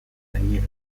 gainera